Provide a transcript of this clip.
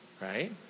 right